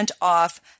off